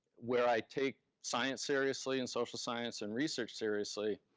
where i take science seriously and social science and research seriously,